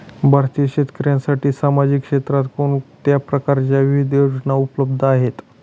भारतीय शेतकऱ्यांसाठी सामाजिक क्षेत्रात कोणत्या प्रकारच्या विविध योजना उपलब्ध आहेत?